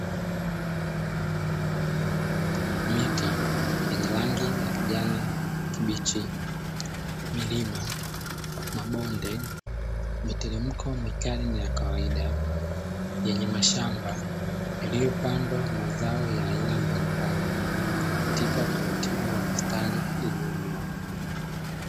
Miti yenye rangi ya kijani kibichi, milima, mabonde, miteremko mikali na ya kawaida yenye mashamba yaliyopandwa mazao ya aina mbalimbali, katika utaratibu wa mistari iliyonyooka.